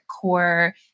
core